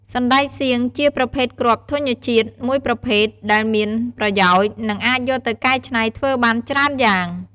សណ្ដែកសៀង ជាប្រភេទគ្រាប់ធញ្ញជាតិមួយប្រភេទដែលមានប្រយោជន៍ និងអាចយកទៅកែច្នៃធ្វើបានច្រើនយ៉ាង។